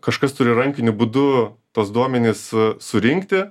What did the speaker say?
kažkas turi rankiniu būdu tuos duomenis surinkti